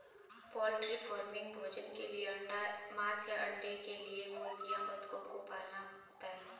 poultry farming भोजन के लिए मांस या अंडे के लिए मुर्गियों बतखों को पालना होता है